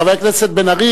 חבר הכנסת בן-ארי,